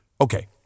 Okay